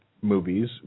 movies